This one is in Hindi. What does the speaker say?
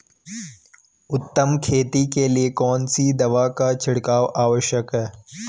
उत्तम खेती के लिए कौन सी दवा का छिड़काव आवश्यक है?